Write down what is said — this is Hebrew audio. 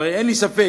הרי אין לי ספק